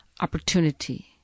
opportunity